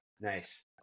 Nice